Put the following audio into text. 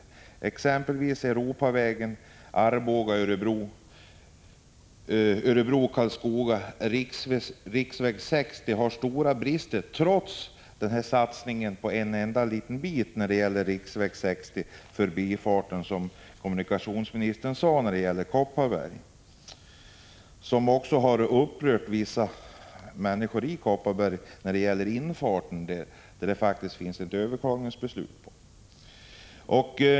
Låt mig ge några exempel: Europavägen Örebro-Karlskoga och riksväg 60 är det stora brister på, trots den stora satsningen på en enda liten bit förbi Kopparberg som kommunikationsministern nämnde. Infarten har dock upprört vissa människor i Kopparberg, och där finns faktiskt ett beslut om överklagning.